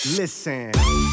listen